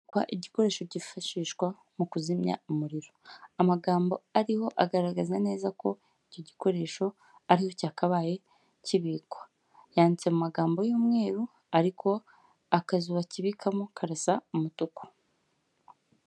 Ndi kubona igikoresho cyifashishwa mu kuzimya umuriro. Amagambo ariho agaragaza neza ko icyo gikoresho aricyo cyakabaye kibikwa yanditse amagambo y'umweru ariko akazu bakibikamo karasa umutuku.